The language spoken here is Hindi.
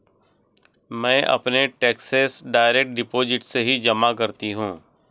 मैं अपने टैक्सेस डायरेक्ट डिपॉजिट से ही जमा करती हूँ